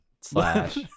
slash